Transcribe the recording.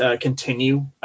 continue